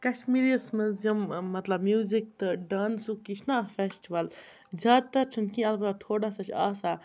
کَشمیٖری یَس مَنٛز یِم مطلب میوزِک تہٕ ڈانٕسُک یہِ چھُنا فٮ۪سٹٕوَل زیادٕ تَر چھُنہٕ کیٚنٛہہ البَتاہ تھوڑا سا چھُ آسان